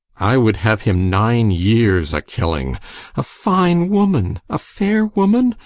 i would have him nine years a-killing a fine woman! a fair woman!